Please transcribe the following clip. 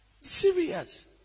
Serious